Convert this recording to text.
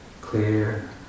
clear